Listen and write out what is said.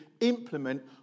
implement